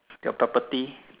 your property